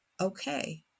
okay